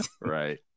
right